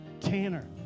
tanner